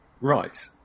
Right